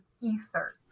ether